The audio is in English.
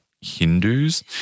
Hindus